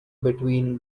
between